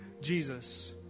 Jesus